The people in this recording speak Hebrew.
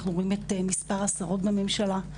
אנחנו רואים את מספר השרות בממשלה,